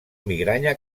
migranya